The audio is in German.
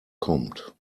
kommt